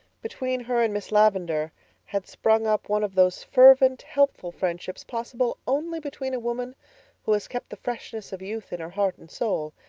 between her and miss lavendar had sprung up one of those fervent, helpful friendships possible only between a woman who has kept the freshness of youth in her heart and soul,